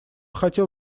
хотел